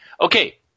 Okay